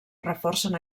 reforcen